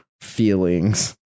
feelings